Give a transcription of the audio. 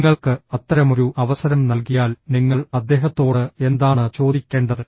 നിങ്ങൾക്ക് അത്തരമൊരു അവസരം നൽകിയാൽ നിങ്ങൾ അദ്ദേഹത്തോട് എന്താണ് ചോദിക്കേണ്ടത്